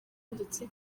ndetse